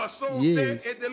Yes